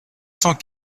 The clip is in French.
cent